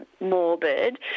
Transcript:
morbid